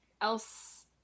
else